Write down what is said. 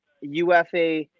UFA